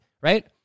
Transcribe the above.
right